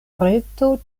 reto